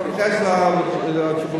חבר הכנסת אגבאריה,